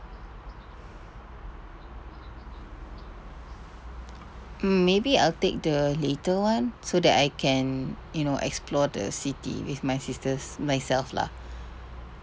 mm maybe I'll take the later one so that I can you know explore the city with my sisters myself lah